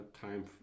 time